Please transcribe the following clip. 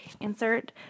insert